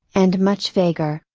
and much vaguer,